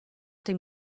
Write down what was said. dem